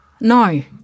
No